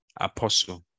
apostle